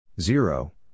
Zero